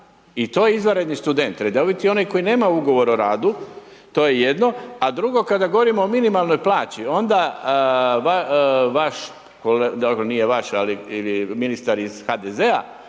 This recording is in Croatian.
I to je izvanredni student, redoviti je onaj koji nama ugovor o radu, to je jedno, a drugo kada govorimo o minimalnoj plaći, onda vaš, dobro nije vaš, ali ministar iz HDZ-a,